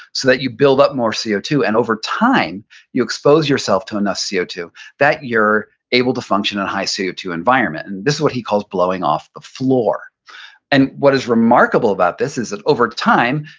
so that you build up more c o two and over time you expose yourself to enough c o two that you're able to function in a high c o two environment, and this is what he calls blowing off the floor and what is remarkable about this is that over time,